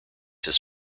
his